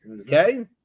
Okay